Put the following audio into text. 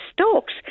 stalks